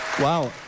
Wow